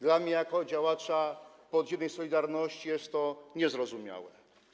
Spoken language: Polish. Dla mnie jako działacza podziemnej „Solidarności” jest to niezrozumiałe.